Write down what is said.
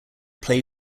play